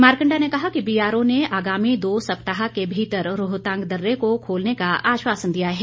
मारकंडा ने कहा कि बीआरओ ने आगामी दो सप्ताह के भीतर रोहतांग दर्रे को खोलने का आश्वासन दिया है